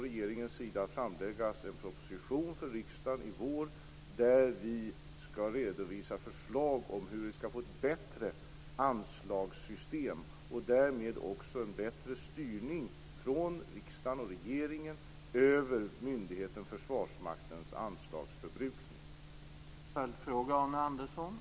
Regeringen kommer också att lägga fram en proposition för riksdagen i vår, där vi skall redovisa förslag om hur vi skall få ett bättre anslagssystem och därmed också en bättre styrning från riksdagen och regeringen över myndigheten Försvarsmaktens anslagsförbrukning.